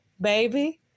baby